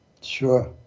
Sure